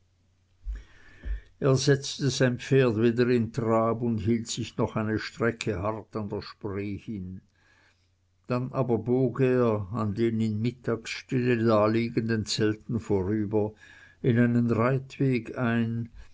er setzte sein pferd wieder in trab und hielt sich noch eine strecke hart an der spree hin dann aber bog er an den in mittagsstille daliegenden zelten vorüber in einen reitweg ein